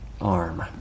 arm